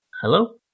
Hello